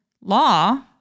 law